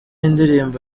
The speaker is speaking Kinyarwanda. indirimbo